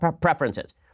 preferences